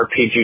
RPG